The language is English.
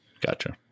Gotcha